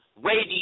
radio